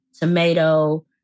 tomato